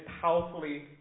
powerfully